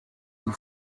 vous